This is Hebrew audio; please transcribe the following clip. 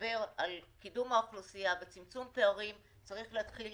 לדבר על קידום האוכלוסייה וצמצום הפערים צריך להתחיל